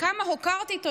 כמה הוקרתי,